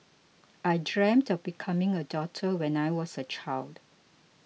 I dreamt of becoming a doctor when I was a child